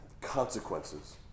consequences